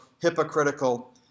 hypocritical